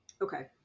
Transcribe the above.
okay